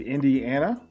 Indiana